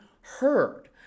heard